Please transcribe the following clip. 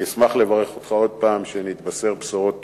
אני אשמח לברך אותך עוד פעם כשנתבשר בשורות טובות.